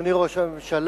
אדוני ראש הממשלה,